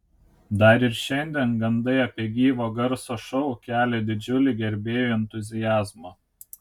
dar ir šiandien gandai apie gyvo garso šou kelia didžiulį gerbėjų entuziazmą